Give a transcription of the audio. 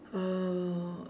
uh